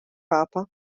papa